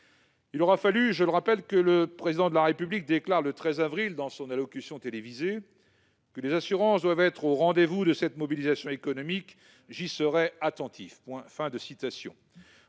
13 avril dernier, le Président de la République déclarait, dans son allocution télévisée :« Les assurances doivent être au rendez-vous de cette mobilisation économique. J'y serai attentif.